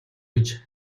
гэж